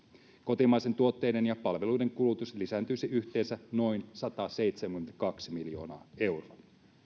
kotimaisten tuotteiden ja palveluiden kulutus lisääntyisi yhteensä noin sataseitsemänkymmentäkaksi miljoonaa euroa